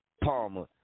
Palmer